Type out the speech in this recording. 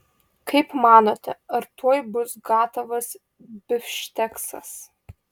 kaip manote ar tuoj bus gatavas bifšteksas